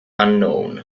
unknown